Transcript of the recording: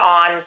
on